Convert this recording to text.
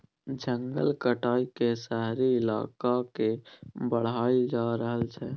जंगल काइट के शहरी इलाका के बढ़ाएल जा रहल छइ